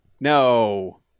No